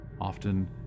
Often